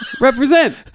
Represent